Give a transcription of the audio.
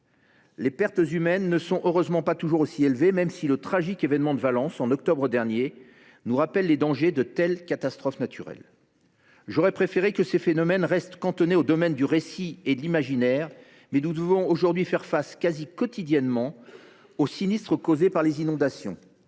Les pertes humaines ne sont heureusement pas toujours aussi élevées, même si le tragique événement de Valence, en Espagne, en octobre dernier, nous rappelle les dangers de tels épisodes. J’aurais préféré que ces phénomènes restent cantonnés au domaine du récit et de l’imaginaire, mais nous devons aujourd’hui faire face quasi quotidiennement aux sinistres causés par les inondations.